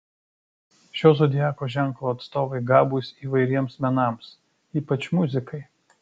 šio zodiako ženklo atstovai gabūs įvairiems menams ypač muzikai